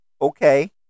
okay